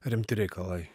rimti reikalai